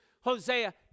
Hosea